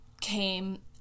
came